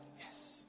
Yes